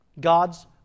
God's